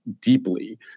deeply